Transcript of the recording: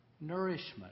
Nourishment